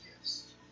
Yes